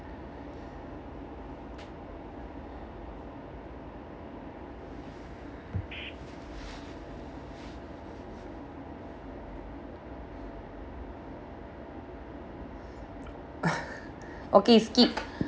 okay skip